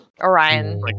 Orion